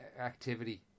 activity